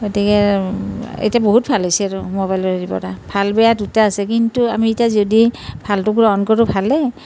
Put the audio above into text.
গতিকে এতিয়া বহুত ভাল হৈছে আৰু মোবাইলৰ হেৰি পৰা ভাল বেয়া দুটা আছে কিন্তু আমি এতিয়া যদি ভালটো গ্ৰহণ কৰোঁ ভালেই